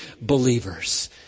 believers